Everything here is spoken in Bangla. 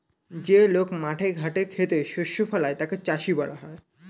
যে লোক মাঠে ঘাটে খেতে শস্য ফলায় তাকে চাষী বলা হয়